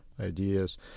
ideas